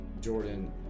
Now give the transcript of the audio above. Jordan